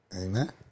Amen